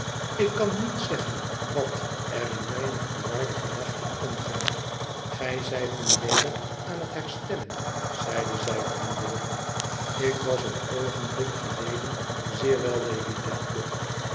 ik kan niet zeggen wat er in mijne verwarde gedachten omging gij zijt nu weder aan het herstellen zeide zij vriendelijk ik was een oogenblik gelede xecï wel